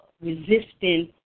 resistance